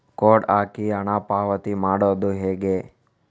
Code ಹಾಕಿ ಹಣ ಪಾವತಿ ಮಾಡೋದು ಹೇಗೆ?